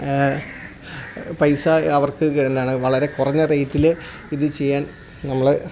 പൈസ അവർക്ക് എന്താണ് വളരെ കുറഞ്ഞ റേറ്റിൽ ഇതു ചെയ്യാൻ നമ്മൾ